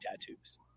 tattoos